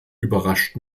überrascht